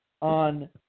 on